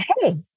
hey